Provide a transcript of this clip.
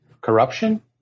corruption